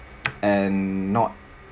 and not